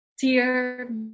Dear